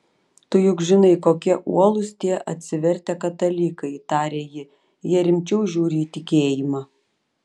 tu juk žinai kokie uolūs tie atsivertę katalikai tarė ji jie rimčiau žiūri į tikėjimą